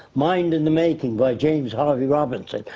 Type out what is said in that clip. mind in the making by james harvey robinson,